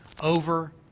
over